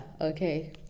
okay